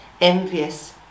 Envious